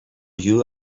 you